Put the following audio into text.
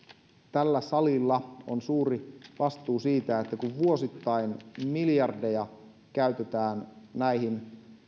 tällä salilla on suuri vastuu siitä kun vuosittain miljardeja käytetään näihin